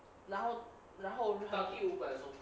然后然后